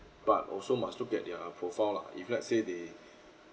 but also must look at their profile lah if let's say they